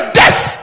death